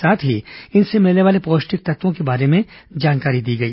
साथ ही इनसे मिलने वाले पौष्टिक तत्वों के बारे में जानकारी दी गई